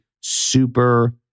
super